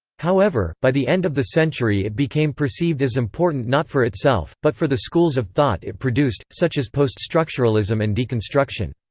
however, by the end of the century it became perceived as important not for itself, but for the schools of thought it produced, such as poststructuralism and deconstruction.